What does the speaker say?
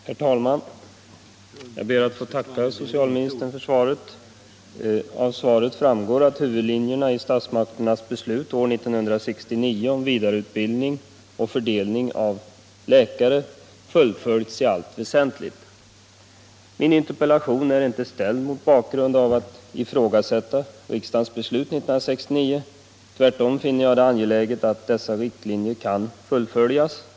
Herr talman! Jag ber att få tacka socialministern för svaret. Av svaret framgår att huvudlinjerna i statsmakternas beslut år 1969 om vidareutbildning och fördelning av läkare fullföljts i allt väsentligt. Min interpellation är inte ställd för att ifrågasätta riksdagens beslut 1969. Tvärtom finner jag det angeläget att dessa riktlinjer kan fullföljas.